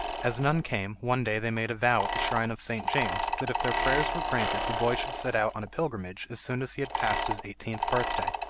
as none came, one day they made a vow at the shrine of st. james that if their prayers were granted the boy should set out on a pilgrimage as soon as he had passed his eighteenth birthday.